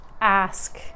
ask